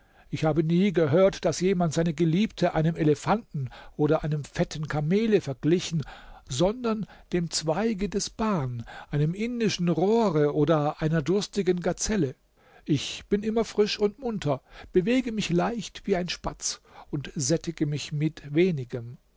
ich habe nie gehört daß jemand seine geliebte einem elefanten oder einem fetten kamele verglichen sondern dem zweige des ban einem indischen rohre oder einer durstigen gazelle ich bin immer frisch und munter bewege mich leicht wie ein spatz und sättige mich mit wenigem